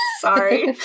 Sorry